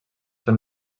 són